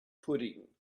pudding